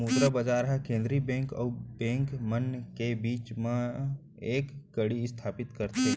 मुद्रा बजार ह केंद्रीय बेंक अउ बेंक मन के बीच म एक कड़ी इस्थापित करथे